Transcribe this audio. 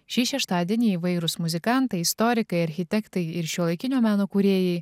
šį šeštadienį įvairūs muzikantai istorikai architektai ir šiuolaikinio meno kūrėjai